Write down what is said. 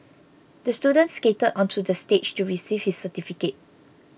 the student skated onto the stage to receive his certificate